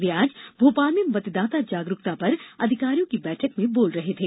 वे आज भोपाल में मतदाता जागरूकता पर अधिकारियों की बैठक में बोल रहे थे